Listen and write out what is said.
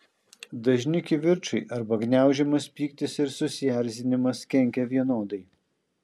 dažni kivirčai arba gniaužiamas pyktis ir susierzinimas kenkia vienodai